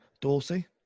Dorsey